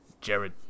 Jared